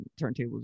turntables